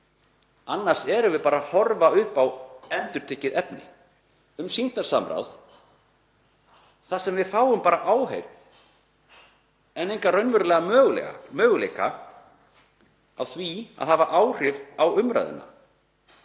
Annars erum við bara að horfa upp á endurtekið efni um sýndarsamráð þar sem við fáum bara áheyrn en engan raunverulegan möguleika á því að hafa áhrif á umræðuna.